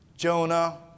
Jonah